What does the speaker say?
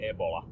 Ebola